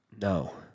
No